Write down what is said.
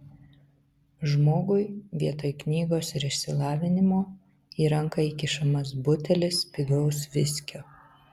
žmogui vietoj knygos ir išsilavinimo į ranką įkišamas butelis pigaus viskio